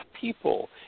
people